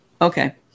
Okay